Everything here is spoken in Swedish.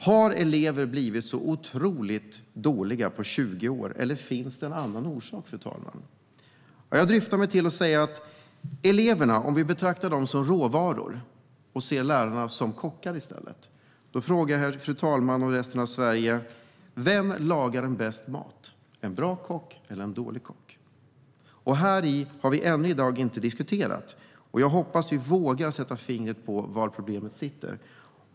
Har elever blivit så otroligt dåliga på 20 år, eller finns det en annan orsak? Jag dristar mig till att fråga följande. Låt oss betrakta eleverna som råvaror och se lärarna som kockar; vem lagar bäst mat, en bra kock eller en dålig kock? Detta har vi ännu inte diskuterat. Jag hoppas vi vågar sätta fingret på var problemet sitter.